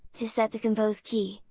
to set the compose key,